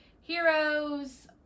heroes